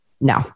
no